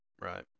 Right